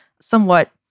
somewhat